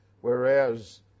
whereas